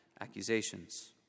accusations